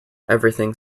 everything